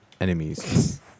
enemies